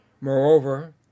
Moreover